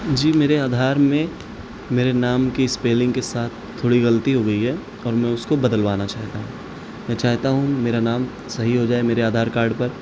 جی میرے آدھار میں میرے نام کی اسپیلنگ کے ساتھ تھوڑی غلطی ہو گئی ہے اور میں اس کو بدلوانا چاہتا ہوں میں چاہتا ہوں میرا نام صحیح ہو جائے میرے آدھار کارڈ پر